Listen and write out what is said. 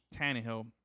Tannehill